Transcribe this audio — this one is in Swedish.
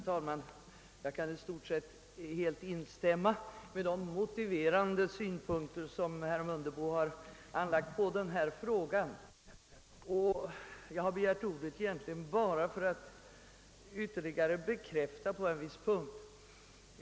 Herr talman! Jag kan i stort sett helt instämma i de motiverande synpunkter som herr Mundebo anlagt på denna fråga. Jag har egentligen begärt ordet för att ytterligare bekräfta en viss sak.